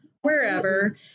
wherever